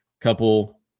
couple